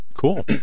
Cool